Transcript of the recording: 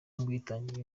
n’ubwitange